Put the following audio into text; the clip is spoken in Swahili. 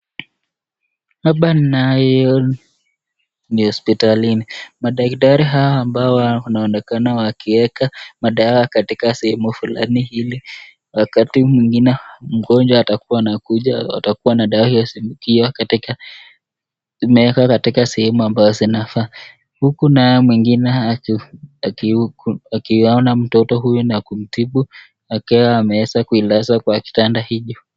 Hapa nayo ni hospitalini, madaktari hawa ambao wanaonekana wakiweka madawa katika sehemu fulani ili wakati mwingine mgonjwa atakuwa anakuja atakuwa na dawa zikiwa katika zimewekwa katika sehemu ambayo zinafaa ,huku naye mwingine akiona mtoto huyu na kumtibu akiwa ameweza kuilaza kwa kitanda hicho.